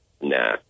nah